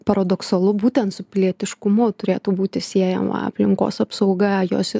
paradoksalu būtent su pilietiškumu turėtų būti siejama aplinkos apsauga jos